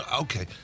okay